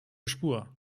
spur